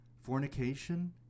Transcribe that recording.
fornication